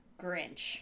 Grinch